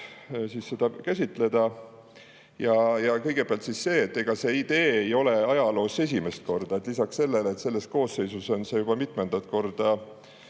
seda käsitleda. Kõigepealt see, et see idee ei ole ajaloos esimest korda. Lisaks sellele, et selles koosseisus on see juba mitmendat korda